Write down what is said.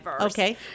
Okay